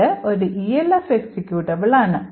ഇത് ഒരു ELF executable ആണ്